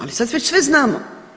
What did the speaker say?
Ali sad već sve znamo.